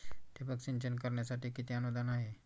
ठिबक सिंचन करण्यासाठी किती अनुदान आहे?